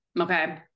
okay